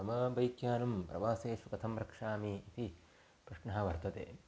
मम बैक् यानं प्रवासेषु कथं रक्षामि इति प्रश्नः वर्तते